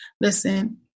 listen